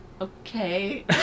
Okay